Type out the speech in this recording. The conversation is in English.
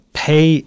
pay